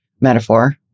metaphor